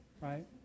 right